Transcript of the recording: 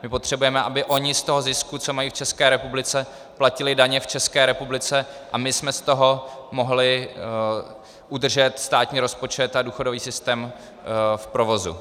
My potřebujeme, aby oni z toho zisku, co mají v České republice, platili daně v České republice a my abychom z toho mohli udržet státní rozpočet a důchodový systém v provozu.